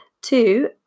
Two